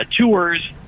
tours